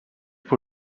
pour